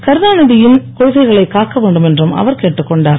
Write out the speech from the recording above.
கருணாநிதி யின் கொள்கைகளைக் காக்க வேண்டும் என்றும் அவர் கேட்டுக்கொண்டார்